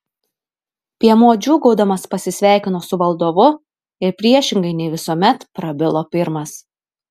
piemuo džiūgaudamas pasisveikino su valdovu ir priešingai nei visuomet prabilo pirmas